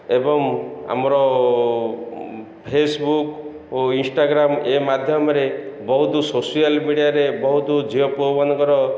ଏବଂ ଆମର ଫେସବୁକ୍ ଓ ଇନଷ୍ଟାଗ୍ରାମ୍ ଏ ମାଧ୍ୟମରେ ବହୁତ ସୋସିଆଲ ମିଡ଼ିଆରେ ବହୁତ ଝିଅ ପୁଅମାନଙ୍କର